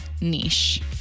niche